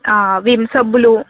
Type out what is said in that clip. Vim సబ్బులు